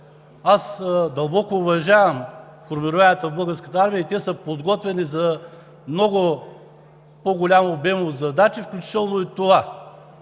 Дълбоко уважавам формированията в Българската армия. Те са подготвени за много по-голям обем задачи, включително и това,